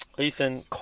Ethan